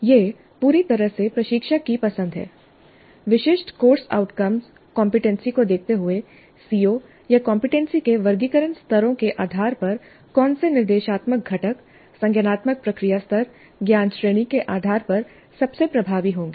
यह पूरी तरह से प्रशिक्षक की पसंद है विशिष्ट कोर्स आउटकम कंपीटेंसी को देखते हुए सीओ या कंपीटेंसी के वर्गीकरण स्तरों के आधार पर कौन से निर्देशात्मक घटक संज्ञानात्मक प्रक्रिया स्तर ज्ञान श्रेणी के आधार पर सबसे प्रभावी होंगे